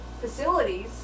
facilities